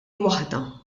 waħda